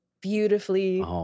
beautifully